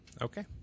Okay